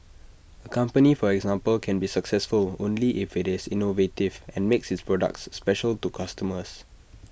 A company for example can be successful only if IT is innovative and makes its products special to customers